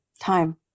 time